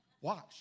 Watch